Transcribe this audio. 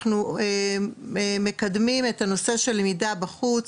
אנחנו מקדמים את הנושא של למידה בחוץ,